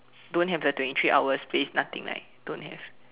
don't have the twenty three hours space nothing like don't have